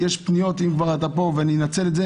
יש פניות אם אתה כבר פה אנצל את זה